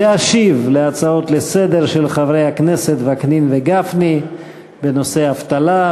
להשיב על ההצעות לסדר-היום של חברי הכנסת וקנין וגפני בנושא האבטלה,